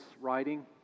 writing